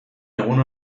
egun